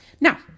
Now